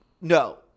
No